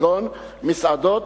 כגון מסעדות,